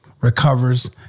recovers